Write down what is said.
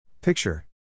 Picture